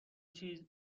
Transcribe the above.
چیز